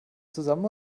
zusammen